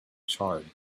charred